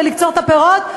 ולקצור את הפירות,